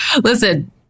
listen